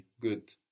good